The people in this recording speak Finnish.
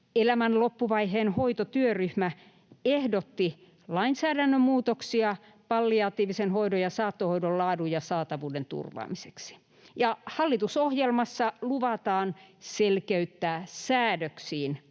Elämän loppuvaiheen hoito ‑työryhmä ehdotti lainsäädännön muutoksia palliatiivisen hoidon ja saattohoidon laadun ja saatavuuden turvaamiseksi. Hallitusohjelmassa luvataan selkeyttää säädöksiin